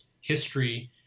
history